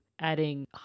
adding